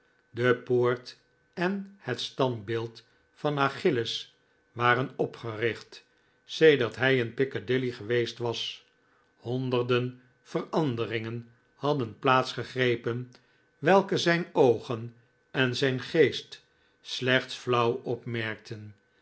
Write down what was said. de poort en het standbeeld van achillus waren opgericht sedert hij in piccadilly geweest was honderden veranderingen hadden plaats gegrepen welke zijn oogen en zijn geest slechts flauw opmerkten